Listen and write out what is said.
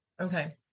okay